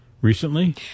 recently